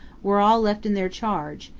were all left in their charge,